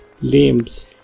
limbs